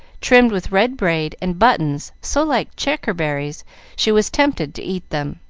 trimmed with red braid and buttons so like checkerberries she was tempted to eat them.